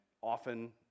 often